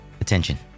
attention